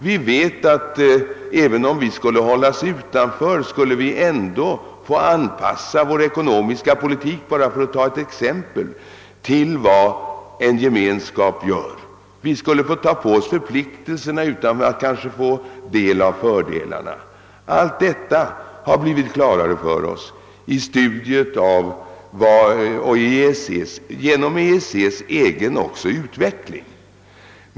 Vi vet att även om vi skulle hållas utanför skulle vi få anpassa vår ekonomiska politik — för att ta ett enda exempel — till vad en gemenskap gör. Vi skulle få ta på oss förpliktelserna kanske utan att komma i åtnjutande av fördelarna. Allt detta har blivit klarare för oss genom studiet av EEC:s egen utveckling.